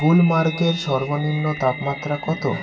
গুলমার্গের সর্বনিম্ন তাপমাত্রা কতো